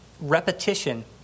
repetition